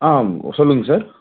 ஆ சொல்லுங்கள் சார்